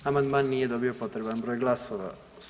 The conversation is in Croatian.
Amandman nije dobio potreban broj glasova.